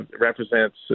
represents